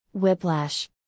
Whiplash